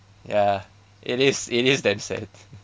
ya it is it is damn sad